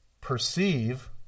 perceive